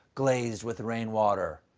glazed with rainwater.